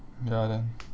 ya then